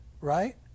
right